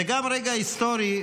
זה גם רגע היסטורי,